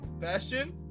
Bastion